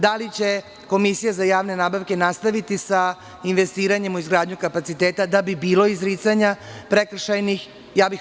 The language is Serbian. Da li će Komisija za javne nabavke nastaviti sa investiranjem u izgradnji kapaciteta da bi bilo prekršajnih izricanja?